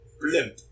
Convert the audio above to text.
blimp